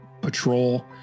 patrol